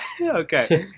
Okay